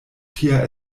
tia